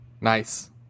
nice